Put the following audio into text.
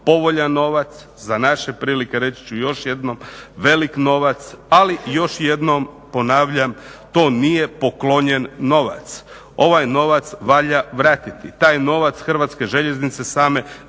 povoljan novac za naše prilike reći ću još jednom velik novac, ali još jednom ponavljam to nije poklonjen novac. Ovaj novac valja vratiti, taj novac HŽ ne mogu same